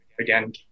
again